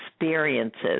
experiences